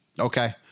Okay